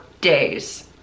days